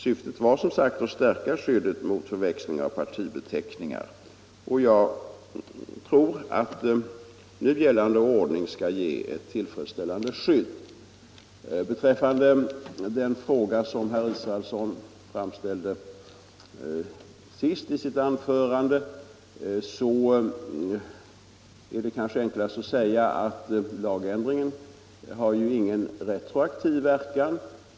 Syftet var som sagt att stärka skyddet mot förväxling av partibeteckningar. Jag tror att nu gällande ordning skall ge ett tillfredsställande skydd. Den fråga som herr Israelsson framställde sist i sitt anförande kan jag enklast besvara genom att säga att lagändringen inte har någon retroaktiv verkan.